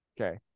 okay